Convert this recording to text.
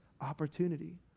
opportunity